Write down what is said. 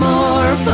More